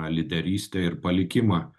lyderystę ir palikimą